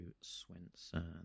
Swenson